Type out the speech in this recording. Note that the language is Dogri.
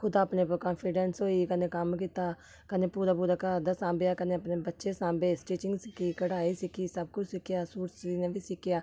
खुद अपने उप्पर कांफिडैंस होई गेई कन्नै कम्म कीता कन्नै पूरा पूरा घर दा सांभेआ कन्नै अपने बच्चे सांभे स्टिंचिंग सिक्खी कढाई सिक्खी सब कुछ सिक्खेआ सूट सीने बी सिक्खेआ